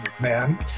man